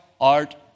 art